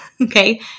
okay